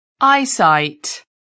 eyesight